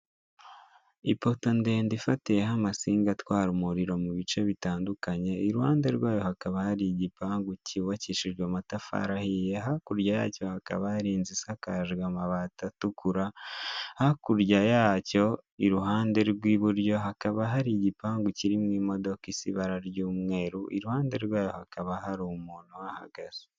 Ipoto ndende ifatiyeho amasinga atwara umuriro mu bice bitandukanye iruhande rwayo hakaba hari igipangu cyubakishijwe amatafari ahiye, hakurya yacyo hakaba hari inzu isakajwe amabati atukura, hakurya yacyo iruhande rw'iburyo hakaba hari igipangu cyirimwo imodoka isa ibara ry'umweru, iruhande rwayo hakaba hari umuntu uhahagaze.